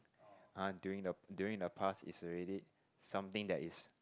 uh during the during the past is already something that is